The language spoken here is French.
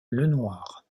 lenoir